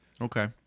Okay